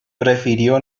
prefirió